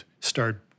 start